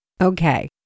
Okay